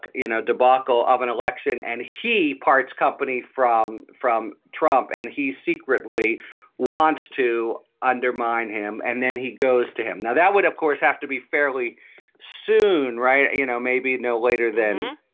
you know, debacle of an election. and he parts company from from trump, and he secretly wants to undermine him and then he goes to him. now, that would, of course, have to be fairly soon, right? you know, maybe no later than,